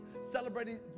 celebrating